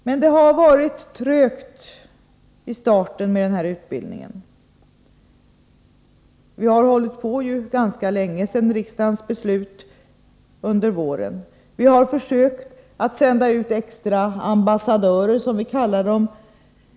Men det har varit trögt i starten med den här utbildningen. Vi har hållit på ganska länge sedan riksdagen fattade sitt beslut under våren. Vi har försökt att sända ut extra ”ambassadörer”, som vi kallar dem.